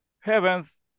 heaven's